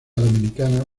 dominicana